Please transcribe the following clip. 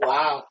Wow